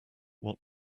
what